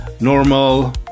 normal